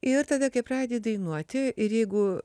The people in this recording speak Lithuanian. ir tada kai pradedi dainuoti ir jeigu